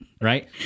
Right